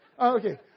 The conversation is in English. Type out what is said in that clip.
Okay